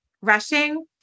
rushing